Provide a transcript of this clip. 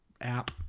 app